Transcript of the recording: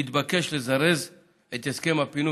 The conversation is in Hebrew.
והתבקש לזרז את הסכם הפינוי.